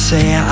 Say